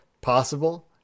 possible